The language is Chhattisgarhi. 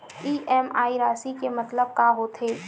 इ.एम.आई राशि के मतलब का होथे?